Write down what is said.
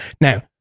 Now